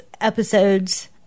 episodes